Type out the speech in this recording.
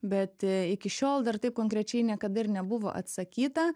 bet iki šiol dar taip konkrečiai niekada ir nebuvo atsakyta